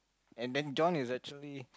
and then John is actually